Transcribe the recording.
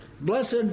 Blessed